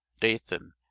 Dathan